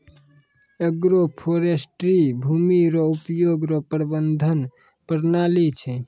agroforestry भूमी रो उपयोग रो प्रबंधन प्रणाली छै